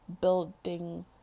building